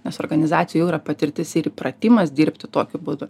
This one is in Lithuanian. nes organizacijoj jau yra patirtis ir įpratimas dirbti tokiu būdu